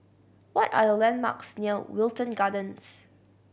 what are the landmarks near Wilton Gardens